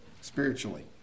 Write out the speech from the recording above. spiritually